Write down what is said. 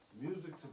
music